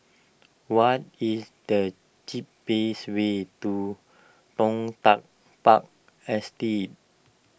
what is the cheapest way to Toh Tuck Park Estate